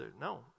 no